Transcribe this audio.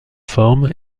forme